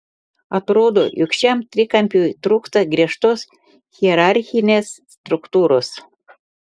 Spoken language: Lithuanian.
atrodo jog šiam trikampiui trūksta griežtos hierarchinės struktūros